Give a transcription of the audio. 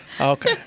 Okay